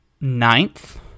ninth